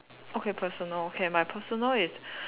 okay personal okay my personal is